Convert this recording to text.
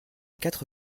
quatre